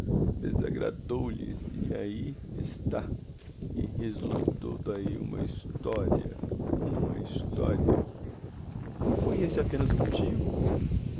anecdóta desagradou lhes e ahi está e resultou d'ahi uma historia uma histo ria e foi esse apenas o motivo